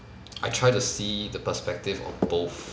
I try to see the perspective of both